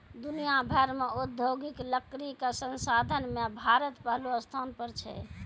दुनिया भर मॅ औद्योगिक लकड़ी कॅ संसाधन मॅ भारत पहलो स्थान पर छै